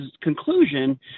conclusion